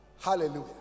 Hallelujah